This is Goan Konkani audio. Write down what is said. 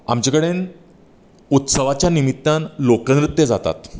आमचे कडेन उत्सवाच्या निमित्तान लोकनृत्य जातात